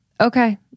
Okay